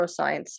neuroscience